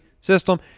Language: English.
system